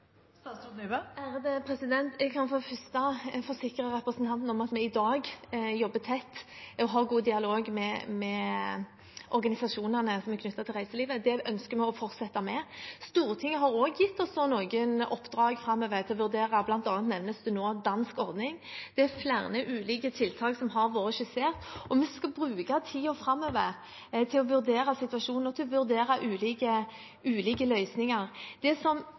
og har god dialog med organisasjonene som er knyttet til reiselivet, og det ønsker vi å fortsette med. Stortinget har også gitt oss noen oppdrag framover som vi skal vurdere – det nevnes nå bl.a. dansk ordning. Flere ulike tiltak har blitt skissert, og vi skal bruke tiden framover til å vurdere situasjonen og til å vurdere ulike løsninger. Det som